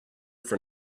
for